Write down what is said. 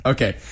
Okay